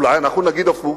אולי אנחנו נגיד הפוך?